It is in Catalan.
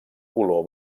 color